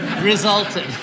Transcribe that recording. resulted